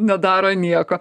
nedaro nieko